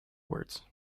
words